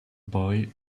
boy